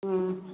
ꯎꯝ